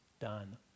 done